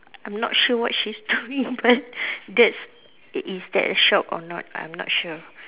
I'm not sure what she's doing but that's it is that a shop or not I'm not sure